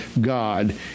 God